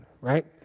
right